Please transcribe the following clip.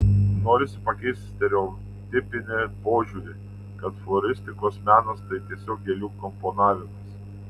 norisi pakeisti stereotipinį požiūrį kad floristikos menas tai tiesiog gėlių komponavimas